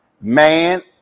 man